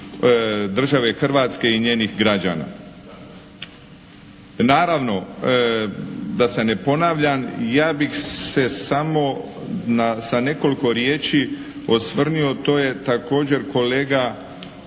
države Hrvatske i njenih građana. Naravno da se ne ponavljam ja bih se samo sa nekoliko riječi osvrnio, to je također kolega